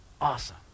awesome